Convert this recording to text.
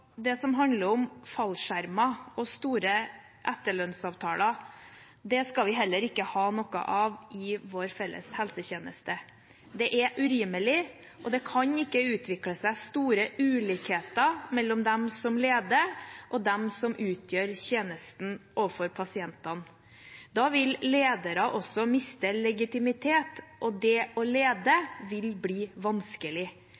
det som handler om fallskjermer og store etterlønnsavtaler, skal vi heller ikke ha noe av i vår felles helsetjeneste. Det er urimelig, og det kan ikke utvikle seg store ulikheter mellom dem som leder, og dem som utfører tjenesten overfor pasientene. Da vil lederne miste legitimitet, og det å